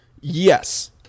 Yes